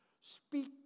Speak